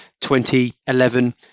2011